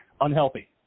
unhealthy